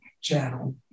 channel